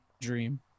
dream